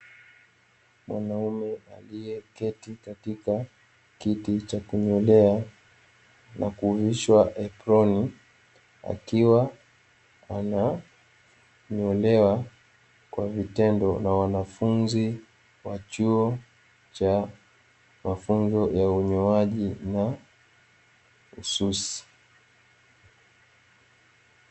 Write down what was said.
Mwanaume aliyeketi katika kiti cha kunyolewa na kuvishwa eproni akiwa ananyolewa kwa vitendo na wanafunzi wa chuo cha mafunzo ya unyoaji na ususi.